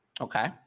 Okay